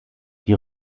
die